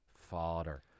father